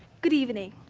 good evening.